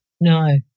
No